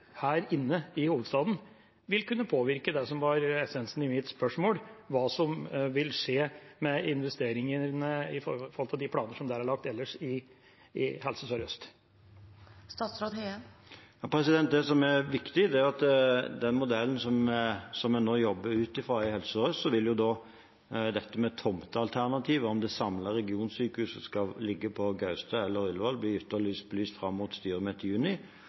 her i hovedstaden vil kunne påvirke det som var essensen i mitt spørsmål – hva som vil skje med investeringene i forhold til de planene som ellers er lagt i Helse Sør-Øst? Det som er viktig, er at i den modellen som vi nå jobber ut fra i Helse Sør-Øst, vil dette med tomtealternativ – om det samlede regionsykehuset skal ligge på Gaustad eller Ullevål – bli ytterligere belyst fram mot styremøtet i juni,